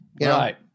right